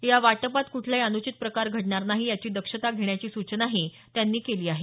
या वाटपात कुठलाही अनुचित प्रकार घडणार नाही याची दक्षता घेण्याची सूचनाही त्यांनी केली आहे